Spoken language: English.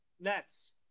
Nets